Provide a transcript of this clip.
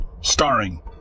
starring